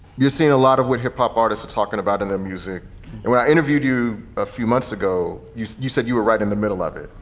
you're seeing a lot of what hip hop artists are talking about in their music and when i interviewed you a few months ago, you you said you were right in the middle of it.